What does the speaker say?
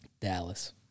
Dallas